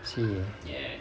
I see